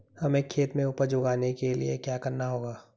हमें खेत में उपज उगाने के लिये क्या करना होगा?